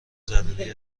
ضروری